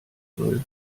soll